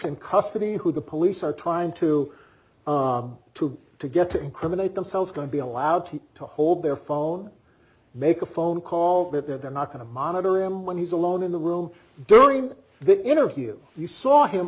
in custody who the police are trying to to to get to incriminate themselves going to be allowed to hold their phone make a phone call that they're not going to monitor him when he's alone in the world during this interview you saw him